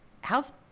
how's